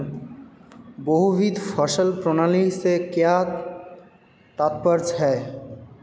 बहुविध फसल प्रणाली से क्या तात्पर्य है?